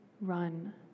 run